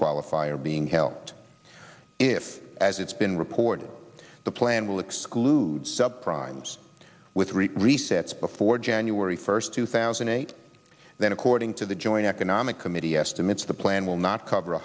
qualify are being helped if as it's been reported the plan will exclude sub primes with three resets before january first two thousand and eight then according to the joint economic committee estimates the plan will not cover